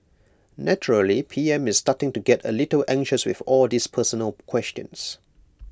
naturally P M is starting to get A little anxious with all these personal questions